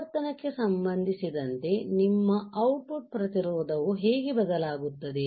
ಆವರ್ತನಕ್ಕೆ ಸಂಬಂಧಿಸಿದಂತೆ ನಿಮ್ಮ ಔಟ್ ಪುಟ್ ಪ್ರತಿರೋಧವು ಹೇಗೆ ಬದಲಾಗಲಿದೆ